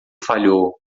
falhou